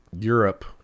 Europe